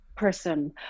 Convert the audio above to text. person